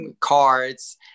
cards